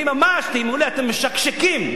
אני ממש, אתם משקשקים.